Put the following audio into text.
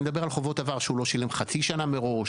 אני מדבר על חובות עבר שהוא לא שילם חצי שנה מראש,